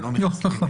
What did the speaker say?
לא מחסלים.